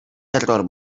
error